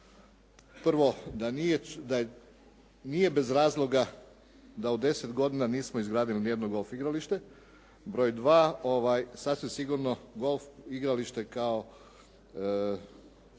nije, da nije bez razloga da u 10 godina nismo izgradili nijedno golf igralište. Broj 2. sasvim sigurno golf igralište kao